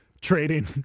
Trading